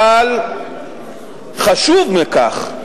אבל חשוב מכך,